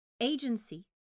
agency